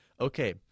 Okay